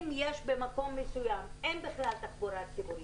אם במקום מסוים אין בכלל תחבורה ציבורית,